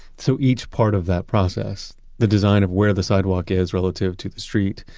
so each part of that process, the design of where the sidewalk is relative to the street,